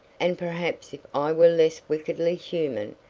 and perhaps if i were less wickedly human,